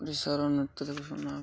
ସାର ନୃତ୍ୟ ଦେଖୁନା